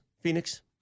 Phoenix